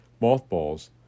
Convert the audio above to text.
Mothballs